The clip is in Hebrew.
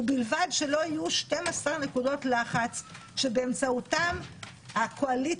ובלבד שלא יהיו 12 נקודות לחץ שבאמצעותן הקואליציה,